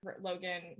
Logan